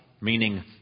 meaning